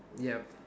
yup